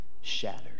shattered